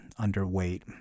underweight